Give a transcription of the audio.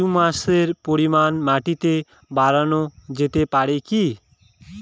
হিউমাসের পরিমান মাটিতে বারানো যেতে পারে কি?